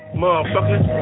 motherfucker